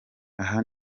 aha